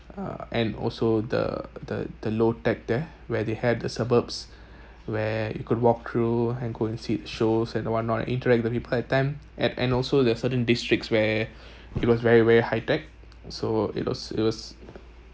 uh and also the the the low tech there where they had the suburbs where you could walk through and go and see the shows and whatnot interact with the people at time and and also there certain districts where it was very very high tech so it was it was